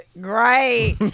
great